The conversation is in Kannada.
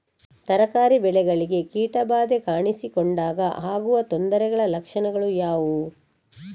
ತರಕಾರಿ ಬೆಳೆಗಳಿಗೆ ಕೀಟ ಬಾಧೆ ಕಾಣಿಸಿಕೊಂಡಾಗ ಆಗುವ ತೊಂದರೆಗಳ ಲಕ್ಷಣಗಳು ಯಾವುವು?